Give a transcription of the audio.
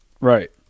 Right